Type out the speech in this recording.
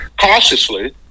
cautiously